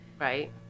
right